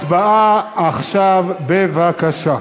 הצבעה עכשיו, בבקשה.